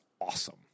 awesome